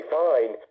fine